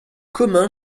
commun